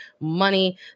money